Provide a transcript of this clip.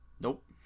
Nope